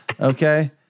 Okay